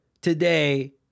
today